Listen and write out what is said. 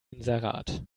inserat